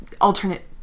alternate